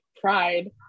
pride